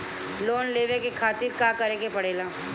Loan लेवे के खातिर का करे के पड़ेला?